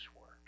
work